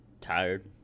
Tired